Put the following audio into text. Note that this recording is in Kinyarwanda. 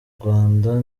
rwanda